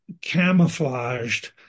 camouflaged